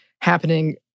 happening